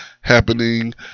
happening